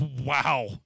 Wow